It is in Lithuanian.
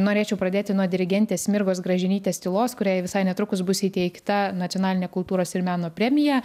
norėčiau pradėti nuo dirigentės mirgos gražinytės tylos kuriai visai netrukus bus įteikta nacionalinė kultūros ir meno premija